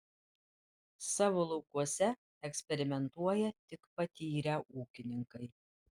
savo laukuose eksperimentuoja tik patyrę ūkininkai